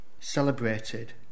celebrated